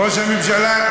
ראש הממשלה,